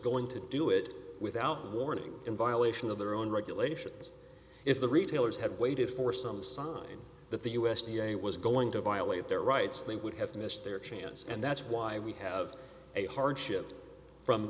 going to do it without warning in violation of their own regulations if the retailers had waited for some sign that the u s d a was going to violate their rights they would have missed their chance and that's why we have a hardship from